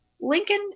lincoln